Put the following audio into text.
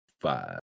five